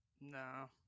No